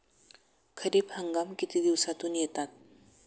खरीप हंगाम किती दिवसातून येतात?